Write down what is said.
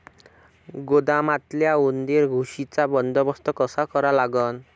गोदामातल्या उंदीर, घुशीचा बंदोबस्त कसा करा लागन?